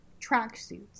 tracksuits